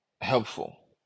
helpful